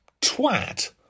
twat